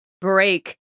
break